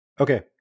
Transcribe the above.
Okay